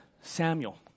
Samuel